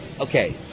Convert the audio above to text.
okay